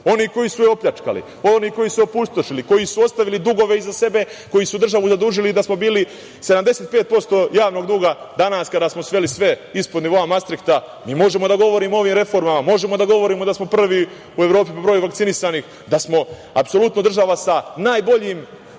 Oni koji su je opljačkali, oni koji su je opustošili, koji su ostavili dugove iza sebe, koji su državu zadužili da smo bili 75% javnog duga. Danas kada smo sveli sve ispod nivoa mastrikta, mi možemo da govorimo o ovim reformama, možemo da govorimo da smo prvi u Evropi po broju vakcinisanih, da smo apsolutno država sa najboljim